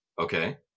Okay